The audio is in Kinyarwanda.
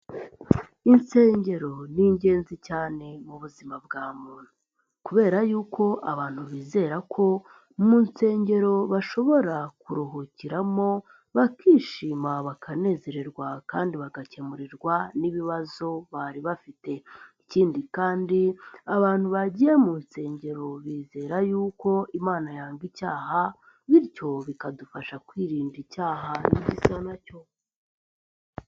Insengero ni ingenzi cyane mu buzima bwa muntu kubera y'uko abantu bizera ko mu nsengero bashobora kuruhukiramo bakishima bakanezererwa kandi bagakemurirwa n'ibibazo bari bafite, ikindi kandi abantu bagiye mu nsengero bizera y'uko Imana yanga icyaha bityo bikadufasha kwirinda icyaha n'igisa na cyo.